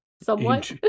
Somewhat